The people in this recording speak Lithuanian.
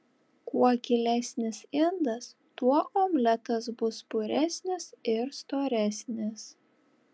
kuo gilesnis indas tuo omletas bus puresnis ir storesnis